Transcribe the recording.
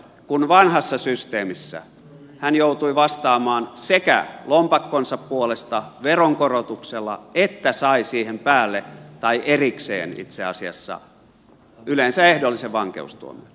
kun vanhassa systeemissä hän joutui vastaamaan sekä lompakkonsa puolesta veronkorotuksella että sai siihen päälle tai erikseen itse asiassa yleensä ehdollisen vankeustuomion